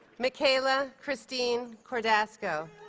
mikaela kristine cordasco